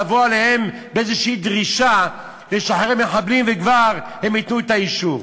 לבוא אליהם באיזו דרישה לשחרר מחבלים וכבר הם ייתנו את האישור.